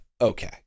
okay